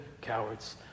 cowards